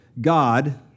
God